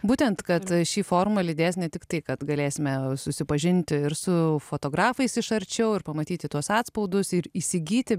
būtent kad ši forma lydės ne tik tai kad galėsime susipažinti ir su fotografais iš arčiau ir pamatyti tuos atspaudus ir įsigyti